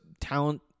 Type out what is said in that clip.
talent